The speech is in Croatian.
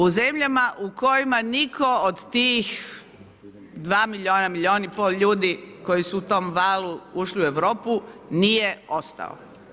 U zemljama u kojima nitko od tih 2 milijuna, milijun i pol ljudi koji su u tom valu ušli u Europu nije ostao.